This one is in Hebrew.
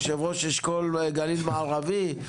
יושב ראש אשכול גליל מערבי,